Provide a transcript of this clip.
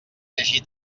llegir